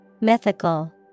Mythical